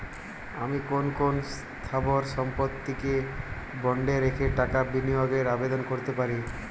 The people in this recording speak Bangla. আমি কোন কোন স্থাবর সম্পত্তিকে বন্ডে রেখে টাকা বিনিয়োগের আবেদন করতে পারি?